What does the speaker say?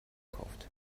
gekauft